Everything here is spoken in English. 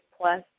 plus